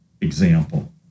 example